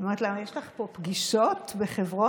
אני אומרת לה: יש לך פה פגישות, בחברון?